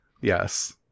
Yes